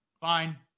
fine